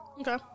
Okay